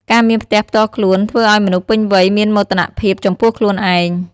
ការមានផ្ទះផ្ទាល់ខ្លួន ធ្វើឱ្យមនុស្សពេញវ័យមានមោទនភាពចំពោះខ្លួនឯង។